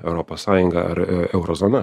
europos sąjunga ar euro zona